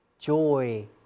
Joy